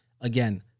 again